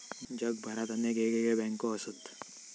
जगभरात अनेक येगयेगळे बँको असत